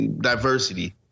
diversity